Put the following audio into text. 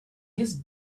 his